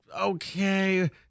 okay